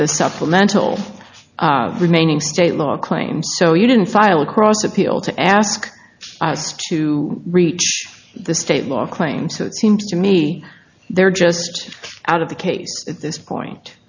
the supplemental remaining state law claims so you didn't file across appeal to ask to reach the state law claims so it seems to me they're just out of the case at this point